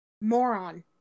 Moron